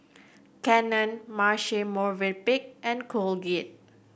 Canon Marche Movenpick and Colgate